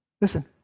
Listen